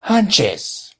hunches